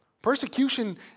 Persecution